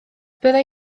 byddai